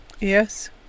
Yes